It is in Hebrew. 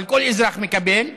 אבל כל אזרח קיבל בזמנו,